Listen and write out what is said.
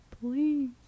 please